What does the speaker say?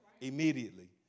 immediately